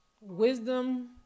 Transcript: Wisdom